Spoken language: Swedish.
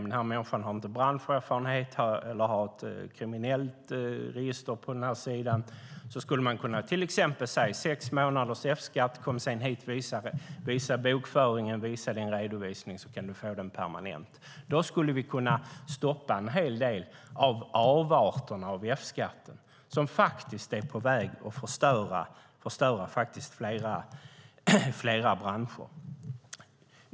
Det kan vara att den människan inte har branscherfarenhet eller kriminellt register på den sidan. Då skulle man till exempel kunna säga: Du får F-skatt i sex månader. Kom sedan hit och visa bokföringen och din redovisning, så kan du få den permanent. Om man gör det skulle vi kunna stoppa en hel del av avarterna av F-skatten. De är på väg att förstöra flera branscher.